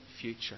future